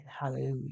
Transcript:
Hallelujah